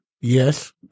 Yes